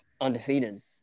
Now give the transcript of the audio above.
undefeated